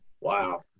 Wow